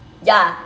ya